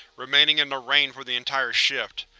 remaining in the rain for the entire shift.